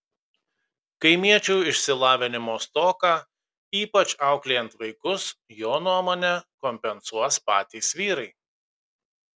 kaimiečių išsilavinimo stoką ypač auklėjant vaikus jo nuomone kompensuos patys vyrai